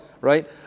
right